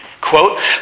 Quote